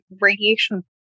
radiation